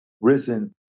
risen